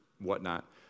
whatnot